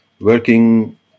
working